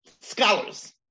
scholars